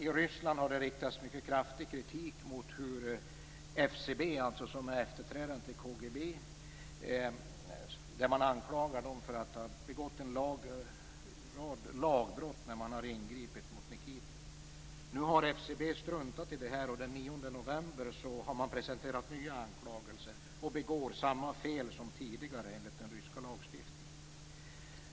I Ryssland har det riktats mycket kraftig kritik mot FSB, som är KGB:s efterträdare. FSB anklagas för att ha begått en rad lagbrott när man ingripit mot Nikitin. Nu har FSB struntat i det här och den 9 november presenterat nya anklagelser. Man begår därvid samma fel som tidigare enligt den ryska lagstiftningen.